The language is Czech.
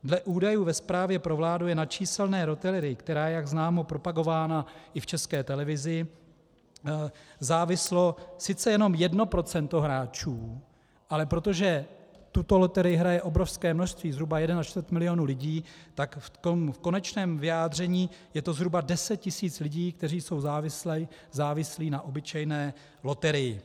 Dle údajů ve zprávě pro vládu je na číselné loterii, která je propagována i v České televizi, závislé sice jen jedno procento hráčů, ale protože tuto loterii hraje obrovské množství, zhruba jeden a čtvrt milionu lidí, tak v tom konečném vyjádření je to zhruba 10 tisíc lidí, kteří jsou závislí na obyčejné loterii.